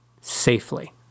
Safely